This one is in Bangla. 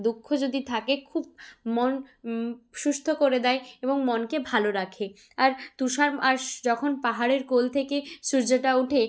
দুঃখ যদি থাকে খুব মন সুস্থ করে দেয় এবং মনকে ভালো রাখে আর তুষার আর স্ যখন পাহাড়ের কোল থেকে সূর্যটা উঠে